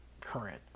current